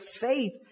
faith